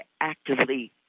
actively